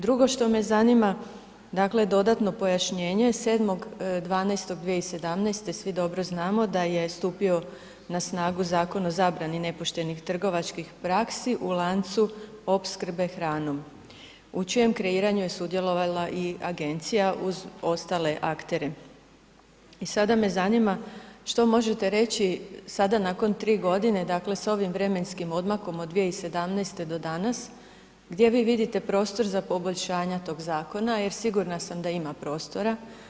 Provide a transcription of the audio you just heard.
Drugo što me zanima, dakle dodatno pojašnjenje 7.12.2017. svi dobro znamo da je stupio na snagu Zakon o zabrani nepoštenih trgovačkih praksi u lancu opskrbe hranom u čijem kreiranju je sudjelovala i agencija uz ostale aktere i sada me zanima što možete reći sada nakon 3.g., dakle s ovim vremenskim odmakom od 2017. do danas, gdje vi vidite prostor za poboljšanja tog zakona jer sigurna sam da ima prostora.